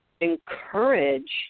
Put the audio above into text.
encourage